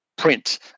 print